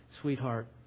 sweetheart